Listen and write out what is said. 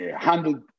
handled